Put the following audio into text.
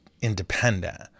independent